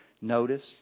notice